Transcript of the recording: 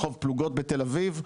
ברחוב פלוגות בתל אביב,